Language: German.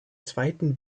zweiten